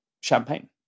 Champagne